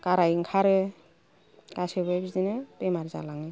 गाराइ ओंखारो गासिबो बिदिनो बेमार जालाङो